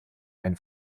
ein